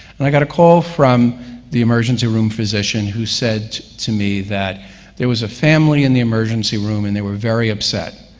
and i got a call from the emergency room physician, who said to me that there was a family in the emergency room, and they were very upset,